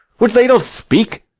would they not speak?